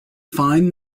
find